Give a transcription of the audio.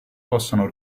possano